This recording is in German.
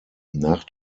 nach